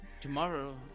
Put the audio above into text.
Tomorrow